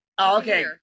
Okay